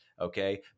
okay